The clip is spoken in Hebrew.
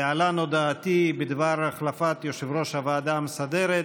להלן הודעתי בדבר החלפת יושב-ראש הוועדה המסדרת: